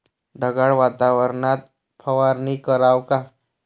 ढगाळ वातावरनात फवारनी कराव का?